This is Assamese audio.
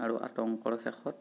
আৰু আতংকৰ শেষত